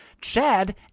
Chad